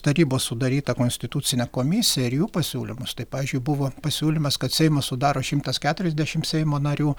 tarybos sudarytą konstitucinę komisiją ir jų pasiūlymus tai pavyzdžiui buvo pasiūlymas kad seimą sudaro šimtas keturiasdešimt seimo narių